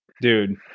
dude